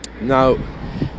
Now